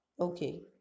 Okay